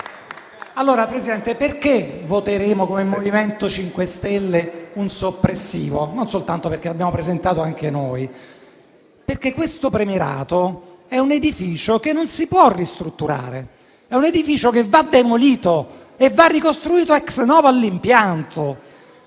perché voteremo come MoVimento 5 Stelle un emendamento soppressivo? Non soltanto perché l'abbiamo presentato anche noi, ma perché questo premierato è un edificio che non si può ristrutturare. È un edificio che va demolito e l'impianto va ricostruito *ex novo*. Ne abbiamo